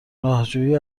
راهجویی